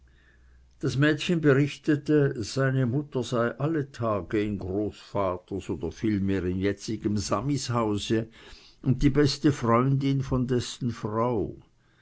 das mädchen berichtete seine mutter sei alle tage in großvaters oder vielmehr jetzigem samis hause und die beste freundin von dessen frau